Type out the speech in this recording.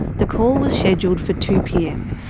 the call was scheduled for two pm.